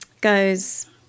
goes